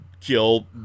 kill